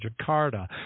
Jakarta